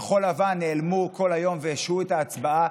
כחול לבן נעלמו כל היום והשהו את ההצבעה,